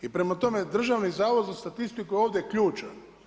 I prema tome, Državni zavod za statistiku je ovdje ključan.